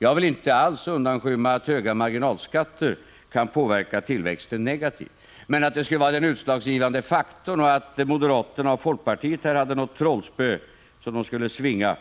Jag vill inte alls undanskymma att höga marginalskatter kan påverka tillväxten negativt, men att det skulle vara den utslagsgivande faktorn och att moderaterna och folkpartiet här kan svinga ett trollspö och därigenom